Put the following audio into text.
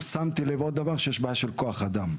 שמתי לב לעוד דבר, שיש בעיה של כוח אדם.